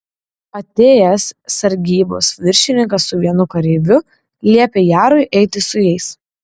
atėjęs sargybos viršininkas su vienu kareiviu liepė jarui eiti su jais